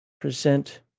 present